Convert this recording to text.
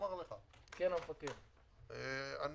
אני